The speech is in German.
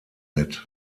mit